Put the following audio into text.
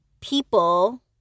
people